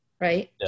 Right